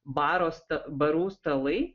baro sta barų stalai